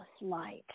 light